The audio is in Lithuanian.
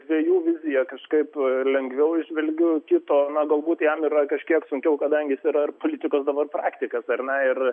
dviejų viziją kažkaip lengviau įžvelgiu kito na galbūt jam yra kažkiek sunkiau kadangi jis yra ir politikos dabar praktikas ar ne ir